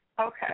Okay